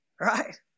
Right